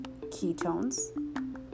ketones